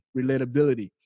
relatability